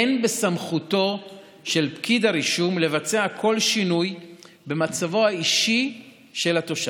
אין בסמכותו של פקיד הרישום לבצע שינוי במצבו האישי של התושב.